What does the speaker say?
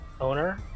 owner